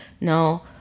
no